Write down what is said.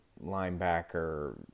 linebacker